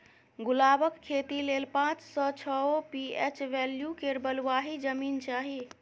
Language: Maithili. गुलाबक खेती लेल पाँच सँ छओ पी.एच बैल्यु केर बलुआही जमीन चाही